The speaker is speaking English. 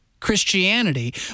Christianity